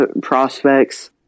prospects